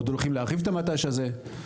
עוד הולכים להרחיב את המט״ש הזה.